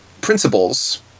principles